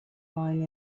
lying